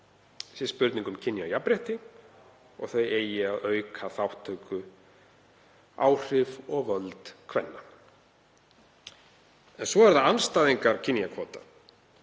sé spurning um kynjajafnrétti og þau eigi að auka þátttöku, áhrif og völd kvenna. En svo eru það andstæðingar kynjakvóta